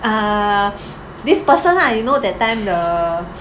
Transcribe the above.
uh this person lah you know that time the